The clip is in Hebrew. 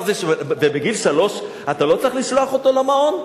ובגיל שלוש אתה לא צריך לשלוח אותו למעון?